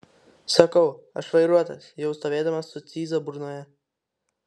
sakau aš vairuotojas jau stovėdamas su cyza burnoje